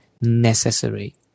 necessary